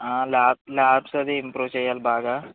labs labs అది improve చెయ్యాలి బాగా